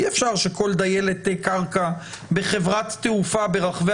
אי אפשר שכל דיילת קרקע בחברת תעופה ברחבי